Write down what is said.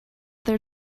their